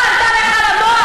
אני רוצה לומר לך,